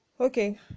Okay